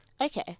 Okay